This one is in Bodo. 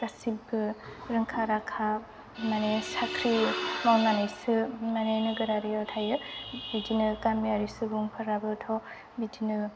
गासैबो रोंखा राखा माने साख्रि मावनानैसो माने नोगोरारियाव थायो बिदिनो गामियारि सुबुंफोराबोथ' इदिनो